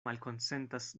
malkonsentas